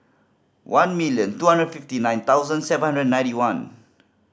one million two hundred fifty nine thousand seven hundred and ninety one